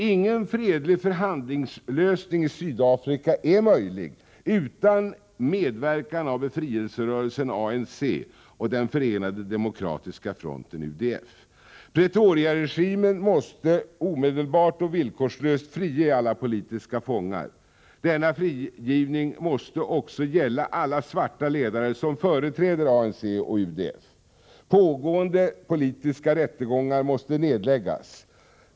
Ingen fredlig förhandlingslösning i Sydafrika är möjlig utan medverkan av befrielserörelsen ANC och den förenade demokratiska fronten UDF. Pretoriaregimen måste omedelbart och villkorslöst frige alla politiska fångar. Denna frigivning måste också gälla alla svarta ledare som företräder ANC och UDF. Pågående politiska rättegångar måste nedläggas.